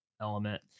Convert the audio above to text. element